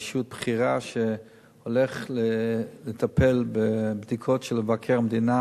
אישיות בכירה, שהולך לטפל בבדיקות של מבקר המדינה